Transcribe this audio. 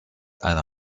einer